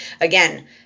again